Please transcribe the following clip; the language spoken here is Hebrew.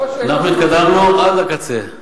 לא, אנחנו התקדמנו עד לקצה.